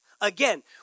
Again